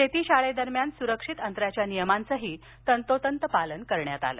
शेतीशाळेदरम्यान सुरक्षित अंतराच्या नियामांचं तंतोतंत पालन करण्यात आलं